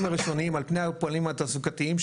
הראשוניים על פני האולפנים התעסוקתיים,